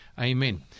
Amen